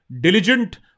diligent